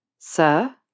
Sir